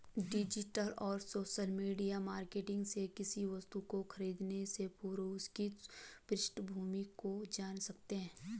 digital और social media marketing से किसी वस्तु को खरीदने से पूर्व उसकी पृष्ठभूमि को जान सकते है